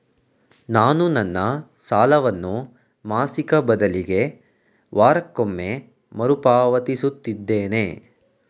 ನಾನು ನನ್ನ ಸಾಲವನ್ನು ಮಾಸಿಕ ಬದಲಿಗೆ ವಾರಕ್ಕೊಮ್ಮೆ ಮರುಪಾವತಿಸುತ್ತಿದ್ದೇನೆ